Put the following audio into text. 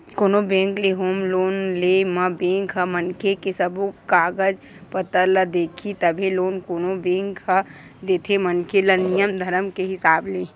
कोनो बेंक ले home loan ले म बेंक ह मनखे के सब्बो कागज पतर ल देखही तभे लोन कोनो बेंक ह देथे मनखे ल नियम धरम के हिसाब ले